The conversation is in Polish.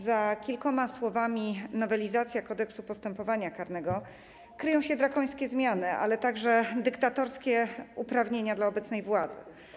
Za kilkoma słowami: „nowelizacja Kodeksu postępowania karnego” kryją się drakońskie zmiany, ale także dyktatorskie uprawnienia obecnej władzy.